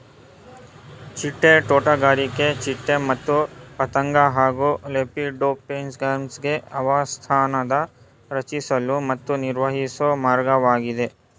ಚಿಟ್ಟೆ ತೋಟಗಾರಿಕೆ ಚಿಟ್ಟೆ ಮತ್ತು ಪತಂಗ ಹಾಗೂ ಲೆಪಿಡೋಪ್ಟೆರಾನ್ಗೆ ಆವಾಸಸ್ಥಾನ ರಚಿಸಲು ಮತ್ತು ನಿರ್ವಹಿಸೊ ಮಾರ್ಗವಾಗಿದೆ